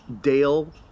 Dale